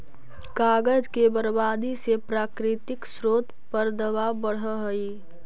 कागज के बर्बादी से प्राकृतिक स्रोत पर दवाब बढ़ऽ हई